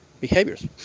behaviors